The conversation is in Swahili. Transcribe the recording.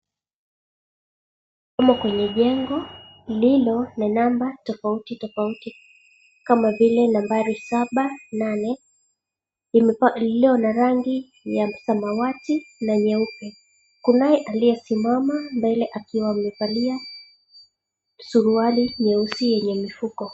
...Kama kwenye jengo lililo na namba tofauti tofauti kama vile nambari saba, nane lililo na rangi ya samawati na nyeupe. Kunaye aliyesimama mbele akiwa amevalia suruali nyeusi yenye mifuko.